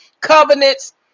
covenants